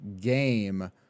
game